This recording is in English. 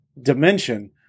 dimension